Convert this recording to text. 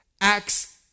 acts